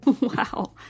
Wow